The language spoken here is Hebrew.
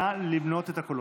נא למנות את הקולות.